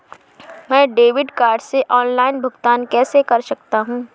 मैं debit card से online भुगतान कैसे कर सकता हूँ?